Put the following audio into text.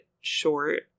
short